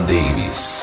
Davis